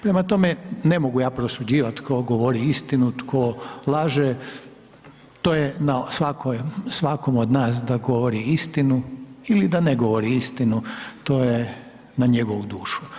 Prema tome, ne mogu ja prosuđivati tko govori istinu, tko laže, to je na svakom od nas da govori ili da ne govori istinu, to je na njegovu dušu.